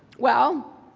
well,